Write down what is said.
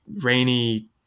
rainy